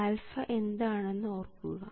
α എന്താണെന്ന് ഓർക്കുക